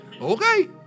Okay